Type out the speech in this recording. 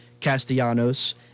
Castellanos